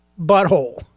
butthole